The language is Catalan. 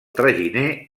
traginer